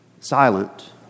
silent